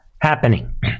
happening